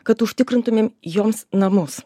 kad užtikrintumėm joms namus